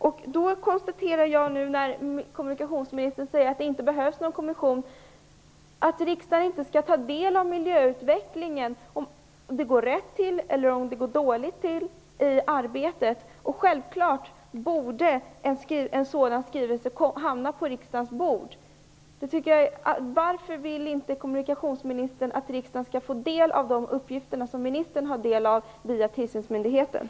Jag konstaterar nu, när kommunikationsministern säger att det inte behövs någon kommission, att riksdagen inte skall få ta del av miljöutvecklingen, om arbetet går rätt till eller om det går dåligt. Det är självklart att en sådan skrivelse borde hamna på riksdagens bord. Varför vill inte kommunikationsministern att riksdagen skall få ta del av de uppgifter som ministern har tagit del av via tillsynsmyndigheterna?